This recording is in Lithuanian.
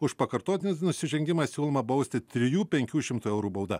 už pakartotinį nusižengimą siūloma bausti trijų penkių šimtų eurų bauda